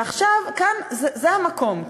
ועכשיו, זה המקום.